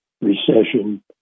recession